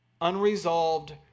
Unresolved